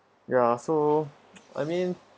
ya so I mean